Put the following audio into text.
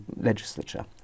legislature